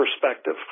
perspective